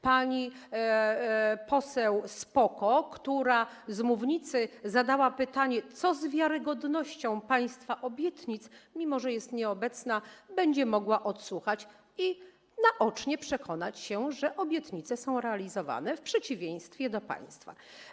Pani poseł z PO-KO, która z mównicy zadała pytanie, co z wiarygodnością państwa obietnic, jest nieobecna, ale będzie mogła odsłuchać i naocznie przekonać się, że obietnice są realizowane, w przeciwieństwie do państwa.